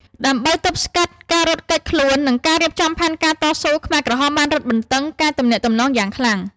ដើម្បីទប់ស្កាត់ការរត់គេចខ្លួន និងការរៀបចំផែនការតស៊ូ ខ្មែរក្រហមបានរឹតបន្តឹងការទំនាក់ទំនងយ៉ាងខ្លាំង។